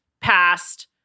past